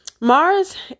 Mars